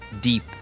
Deep